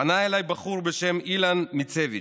פנה אליי בחור בשם אילן מיצביץ',